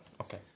Okay